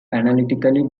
analytically